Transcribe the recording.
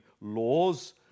laws